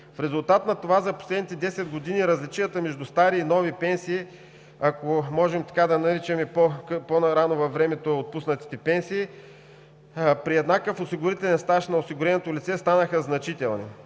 В резултат на това за последните 10 години различията между стари и нови пенсии, ако можем така да наричаме отпуснатите пенсии по-рано във времето, при еднакъв осигурителен стаж на осигуреното лице, станаха значителни.